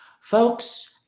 Folks